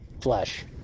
flesh